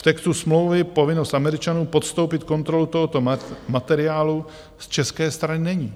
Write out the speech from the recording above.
V textu smlouvy povinnost Američanů podstoupit kontrolu tohoto materiálu z české strany není.